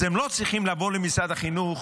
אז הם לא צריכים לבוא למשרד החינוך